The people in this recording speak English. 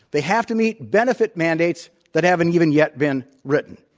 they have to meet benefit mandates that haven't even yet been written.